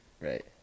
Right